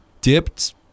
dipped